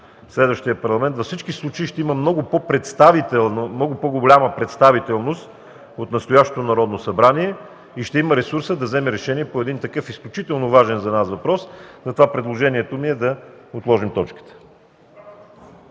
Следващият парламент във всички случаи ще има много по-голяма представителност от настоящото Народно събрание и ще има ресурса да вземе решение по един такъв изключително важен за нас въпрос. Затова предложението ми е да отложим точката.